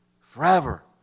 forever